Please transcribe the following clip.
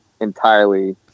entirely